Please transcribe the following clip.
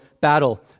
battle